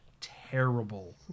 terrible